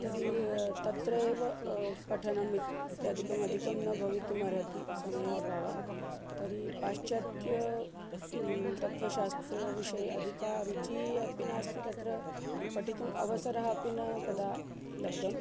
तर्हि तत्र एव पठनम् इत् इत्यादिकम् अधिकं न भवितुम् अर्हति समयस्य अभावात् तर्हि पाश्चात्य तत्वशास्त्रविषये अधिका रुचिः अपि नास्ति तत्र पठितुम् अवसरः अपि न कदा लब्धम्